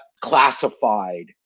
classified